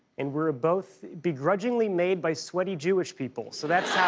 and we're both begrudgingly made by sweaty jewish people. so that's